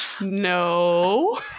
No